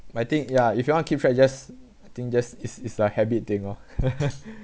I think ya if you want keep track just I think just is is a habit thing lor